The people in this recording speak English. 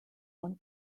one